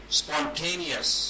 spontaneous